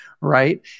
right